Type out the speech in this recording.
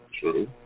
True